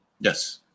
yes